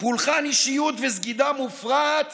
פולחן אישיות וסגידה מופרעת